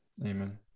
amen